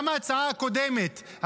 גם ההצעה הקודמת,